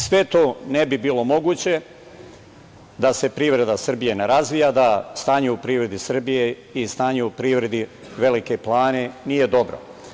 Sve to ne bi bilo moguće da se privreda Srbije ne razvija, da stanje u privredi Srbije i stanje u privredi Velike Plane nije dobro.